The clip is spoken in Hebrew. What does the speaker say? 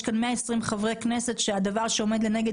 יש כאן 120 חברי כנסת שהדבר שעומד לנגד